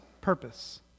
purpose